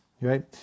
right